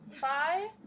Bye